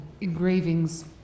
engravings